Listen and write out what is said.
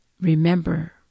Remember